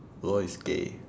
law is gay